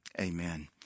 Amen